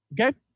Okay